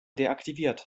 deaktiviert